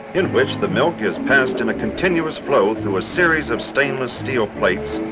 in which the milk is passed in a continuous flow through a series of stainless steel plates.